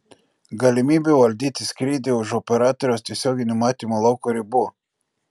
galimybė valdyti skrydį už operatoriaus tiesioginio matymo lauko ribų